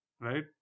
Right